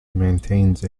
maintains